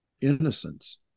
innocence